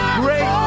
great